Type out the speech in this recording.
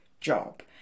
job